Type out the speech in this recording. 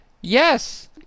yes